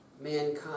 mankind